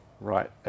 right